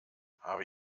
habe